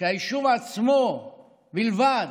שהיישוב עצמו בלבד